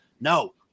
No